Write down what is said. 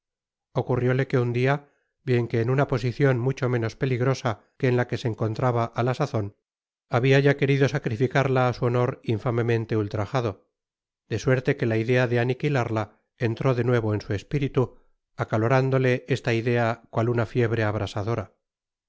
ocurrióle que un dia bien que en una posicion mucho menos peligrosa que la en que se encontraba á la sazon habia ya querido sacrificarla á su honor infamemente ultrajado de suerte que la idea de aniquilarla entró de nuevo en su espiritu acalorándole esta idea cual una fiebre abrasadora